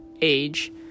age